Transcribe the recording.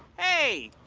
hey.